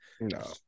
No